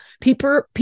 People